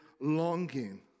longing